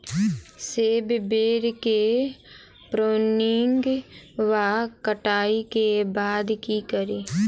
सेब बेर केँ प्रूनिंग वा कटाई केँ बाद की करि?